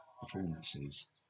performances